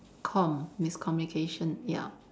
comm~ miscommunication ya